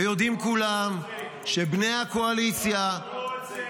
ויודעים כולם שבני הקואליציה --- לא אמרו את זה.